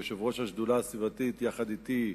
יושב-ראש השדולה הסביבתית יחד אתי,